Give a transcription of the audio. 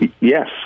Yes